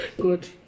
Good